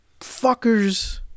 fuckers